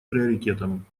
приоритетом